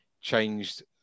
changed